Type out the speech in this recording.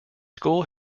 school